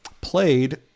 Played